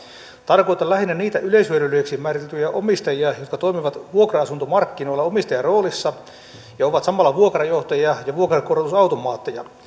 tarkoitan lähinnä niitä yleishyödyllisiksi määriteltyjä omistajia jotka toimivat vuokra asuntomarkkinoilla omistajan roolissa ja ovat samalla vuokrajohtajia ja vuokrankorotusautomaatteja